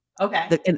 Okay